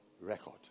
record